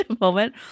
moment